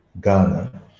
Ghana